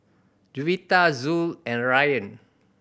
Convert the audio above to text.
Juwita Zul and Rayyan